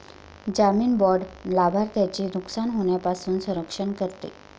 जामीन बाँड लाभार्थ्याचे नुकसान होण्यापासून संरक्षण करते